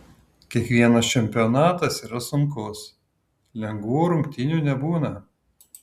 kiekvienas čempionatas yra sunkus lengvų rungtynių nebūna